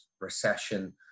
recession